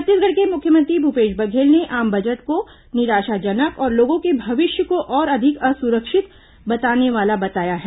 छत्तीसगढ़ के मुख्यमंत्री भूपेश बघेल ने आम बजट को निराशाजनक और लोगों के भविष्य को और अधिक असुरक्षित बनाने वाला बताया है